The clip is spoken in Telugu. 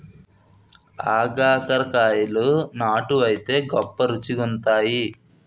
ఆగాకరకాయలు నాటు వైతే గొప్ప రుచిగుంతాయి